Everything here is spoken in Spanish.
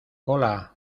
hola